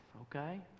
okay